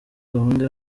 gahunda